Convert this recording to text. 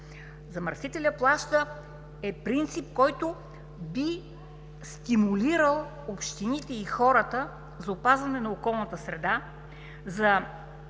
„Замърсителят плаща“ е принцип, който би стимулирал общините и хората за опазване на околната среда, за